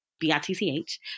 B-I-T-C-H